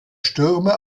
stürme